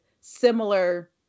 similar